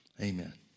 Amen